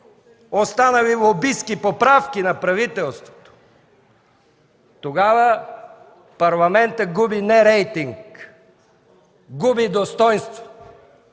останали лобистки поправки на правителството, тогава Парламентът губи не рейтинг, губи достойнство!